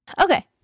Okay